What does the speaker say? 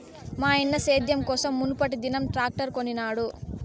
మాయన్న సేద్యం కోసం మునుపటిదినం ట్రాక్టర్ కొనినాడు